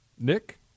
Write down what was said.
Nick